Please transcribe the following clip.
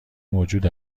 موجود